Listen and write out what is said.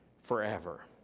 forever